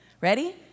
Ready